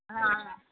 ਹਾਂ